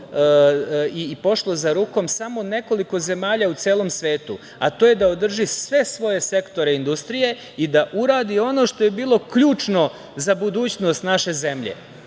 i pošlo za rukom samo nekoliko zemalja u celom svetu, a to je da održi sve svoje sektore industrije i da uradi ono što je bilo ključno za budućnost naše zemlje